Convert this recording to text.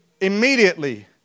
Immediately